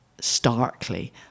starkly